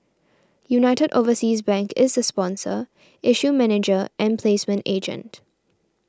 United Overseas Bank is the sponsor issue manager and placement agent